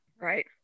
Right